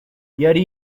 yari